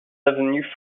avenues